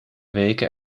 weken